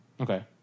Okay